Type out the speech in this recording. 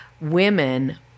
women